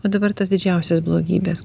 o dabar tas didžiausias blogybes